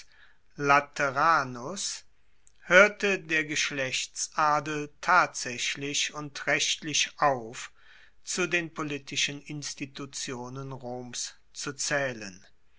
lateranus hoerte der geschlechtsadel tatsaechlich und rechtlich auf zu den politischen institutionen roms zu zaehlen